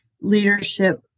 leadership